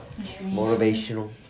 Motivational